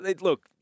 look